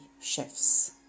chefs